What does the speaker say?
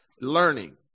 learning